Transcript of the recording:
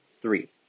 Three